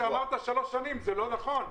לכן כשאמרת שלוש שנים זה לא נכון.